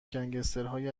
گنسگترهای